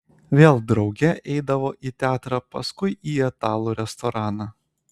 vėl drauge eidavo į teatrą paskui į italų restoraną